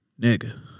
Nigga